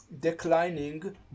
declining